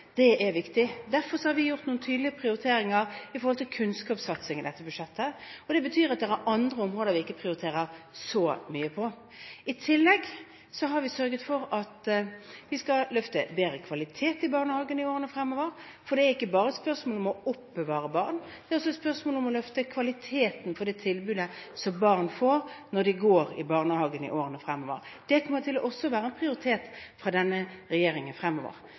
det er viktig. Derfor har vi gjort noen tydelige prioriteringer når det gjelder kunnskapssatsing i dette budsjettet, og det betyr at det er andre områder vi ikke prioriterer så mye til. I tillegg sørger vi for å løfte kvaliteten i barnehagene i årene fremover, for det er ikke bare et spørsmål om å oppbevare barn, det er også et spørsmål om å løfte kvaliteten på det tilbudet som barn får, når de går i barnehagen. Det kommer også til å bli prioritert av denne regjeringen fremover. Det vil være andre satsinger fra